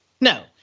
No